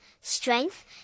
strength